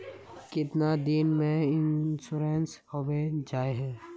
कीतना दिन में इंश्योरेंस होबे जाए है?